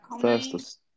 first